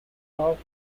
off